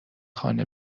خانه